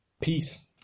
peace